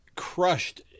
crushed